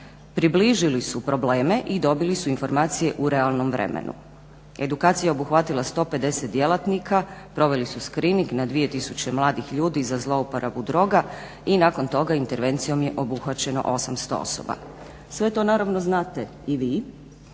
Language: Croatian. približili su probleme i dobili su informacije u realnom vremenu. Edukacija je obuhvatila 150 djelatnika, proveli su screening na 2000 mladih ljudi za zlouporabu droga i nakon toga intervencijom je obuhvaćeno 800 osoba. Sve to naravno znate i vi,